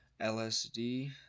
LSD